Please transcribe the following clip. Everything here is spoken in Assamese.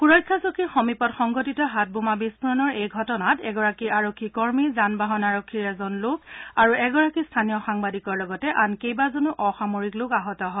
সূৰক্ষা চকীৰ সমীপত সংঘটিত হাতবোমা বিস্ফোৰণৰ এই ঘটনাত এগৰাকী আৰক্ষী কৰ্মী যানবাহন আৰক্ষীৰ এজন লোক আৰু এগৰাকী স্থানীয় সাংবাদিকৰ লগতে আন কেইবাজনো অসামৰিক লোক আহত হয়